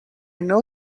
know